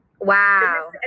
wow